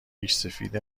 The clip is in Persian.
ریشسفید